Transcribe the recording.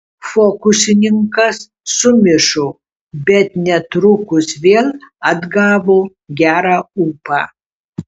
fokusininkas sumišo bet netrukus vėl atgavo gerą ūpą